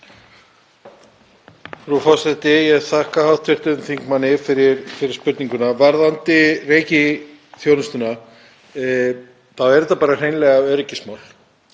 forseti. Ég þakka hv. þingmanni fyrir spurninguna. Varðandi reikiþjónustuna þá er það hreinlega öryggismál